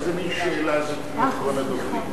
נסים זאב, איזה מין שאלה זו מי אחרון הדוברים?